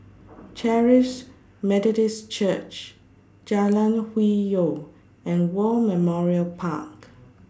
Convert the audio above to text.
Charis Methodist Church Jalan Hwi Yoh and War Memorial Park